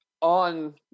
on